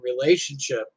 relationship